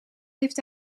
heeft